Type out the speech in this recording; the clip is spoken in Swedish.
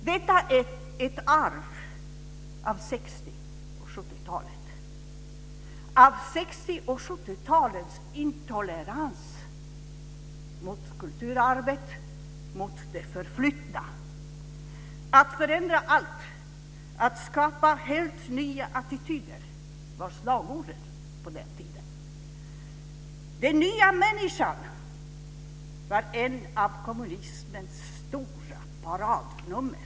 Det är ett arv från 60 och 70 talets intolerans mot kulturarvet och mot det förflutna. Att förändra allt, att skapa helt nya attityder var slagorden på den tiden. Den nya människan var ett av kommunismens stora paradnummer.